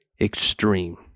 extreme